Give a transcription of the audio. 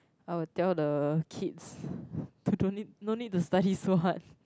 I will tell the kids to don't need no need to study so hard